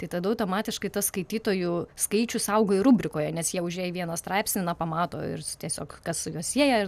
tai tada automatiškai tas skaitytojų skaičius auga ir rubrikoje nes jie užėję į vieną straipsnį na pamato ir tiesiog kas juos sieja